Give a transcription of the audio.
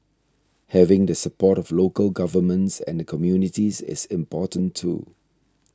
having the support of local governments and the communities is important too